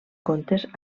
contes